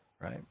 right